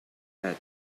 that